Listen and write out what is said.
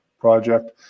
project